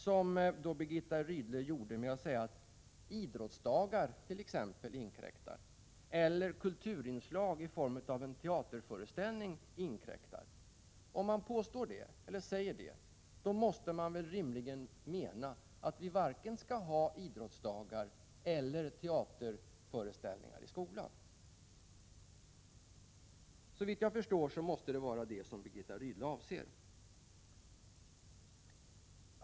Hon sade att t.ex. idrottsdagar och kulturinslag i form av teaterföreställningar inkräktar. Om man säger så, måste man rimligen mena att vi varken skall ha idrottsdagar eller teaterföreställningar i skolan. Såvitt jag förstår måste detta vara vad Birgitta Rydle avser.